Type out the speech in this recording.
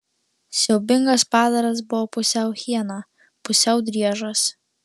siaubingas padaras buvo pusiau hiena pusiau driežas